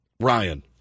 Ryan